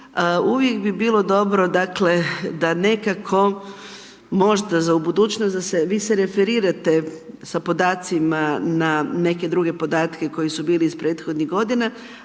uvijek bi bilo dobro dakle da nekako možda za budućnost da se, vi se referirate sa podacima na neke druge podatke koji su bili iz prethodnih godina,